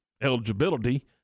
eligibility